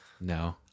No